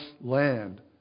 land